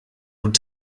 would